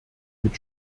mit